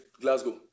Glasgow